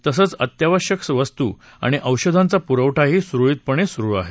तसंच अत्यावश्यक वस्तू आणि औषधांचा पुरवठा सुरळीतपणे सुरु आहे